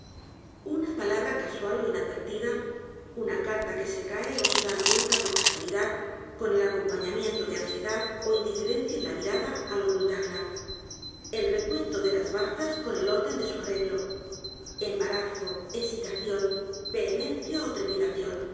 una palabra casual ó inadvertida una carta que se cae ó se da vuelta por casualidad con el acompañamiento de ansiedad ó indiferencia en la mirada ál ocultarla el recuento de las bazas con el orden de su arreglo embarazo hesitación vehemencia ó trepidación